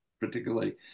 particularly